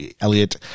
Elliot